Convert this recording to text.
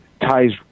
ties